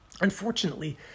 Unfortunately